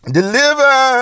deliver